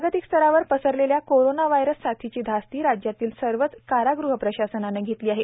जागतिक स्तरावर पसरलेल्या कोरोना वायरस साथीची धास्ती राज्यातील सर्वच कारागृह प्रशासनाने घेतली आहे